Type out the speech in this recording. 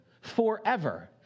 Forever